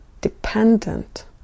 dependent